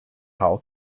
carl